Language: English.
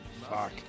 Fuck